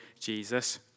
Jesus